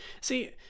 See